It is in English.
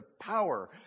power